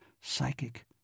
Psychic